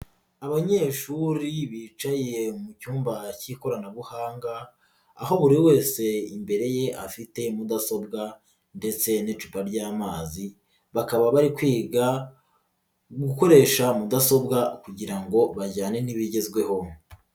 Abanyeshuri bicaye mu cyumba k'ikoranabuhanga aho buri wese imbere ye afite mudasobwa ndetse n'icupa ry'amazi, bakaba bari kwiga gukoresha mudasobwa kugira ngo bajyane n'ibigezweho.